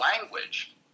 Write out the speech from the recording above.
language